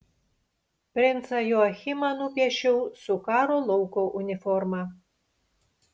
princą joachimą nupiešiau su karo lauko uniforma